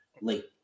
late